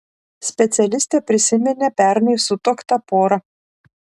specialistė prisiminė pernai sutuoktą porą